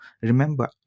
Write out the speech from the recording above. Remember